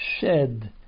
Shed